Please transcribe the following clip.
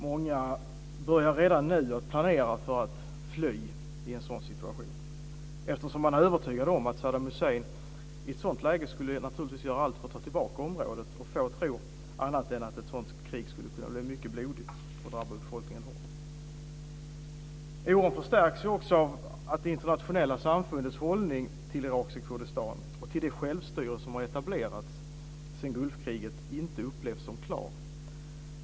Många börjar redan nu att planera för att fly i en sådan situation eftersom man är övertygad om att Saddam Hussein i ett sådant läge naturligtvis skulle göra allt för att ta tillbaka området, och få tror annat än att ett sådant krig skulle kunna bli mycket blodigt och drabba befolkningen hårt. Oron förstärks ju också av att det internationella samfundets hållning till irakiska Kurdistan och till det självstyre som har etablerats sedan Gulfkriget inte upplevs som klar.